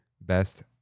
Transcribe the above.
Best